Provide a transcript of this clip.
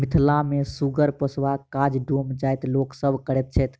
मिथिला मे सुगर पोसबाक काज डोम जाइतक लोक सभ करैत छैथ